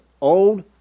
Old